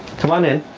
c'mon in.